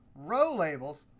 row labels?